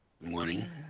Morning